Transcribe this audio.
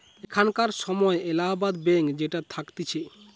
এখানকার সময় এলাহাবাদ ব্যাঙ্ক যেটা থাকতিছে